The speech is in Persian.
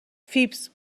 فیبز